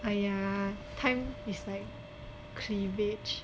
!aiya! time is like cleavage